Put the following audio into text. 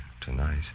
tonight